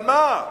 על מה?